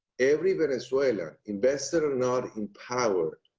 every venezuelan, invested or not in power,